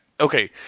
Okay